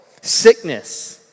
sickness